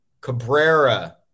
Cabrera